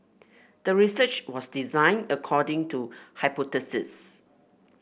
the research was designed according to hypothesis